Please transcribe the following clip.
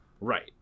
Right